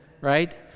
right